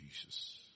Jesus